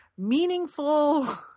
meaningful